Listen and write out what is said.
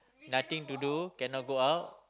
nothing to do cannot go out